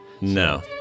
No